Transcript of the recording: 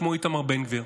שמו איתמר בן גביר.